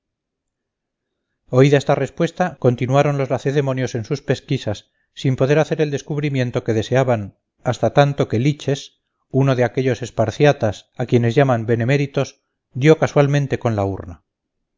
pretendes oída esta respuesta continuaron los lacedemonios en sus pesquisas sin poder hacer el descubrimiento que deseaban hasta tanto que liches uno de aquellos esparciatas a quienes llaman beneméritos dio casualmente con la urna